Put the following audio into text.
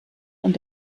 und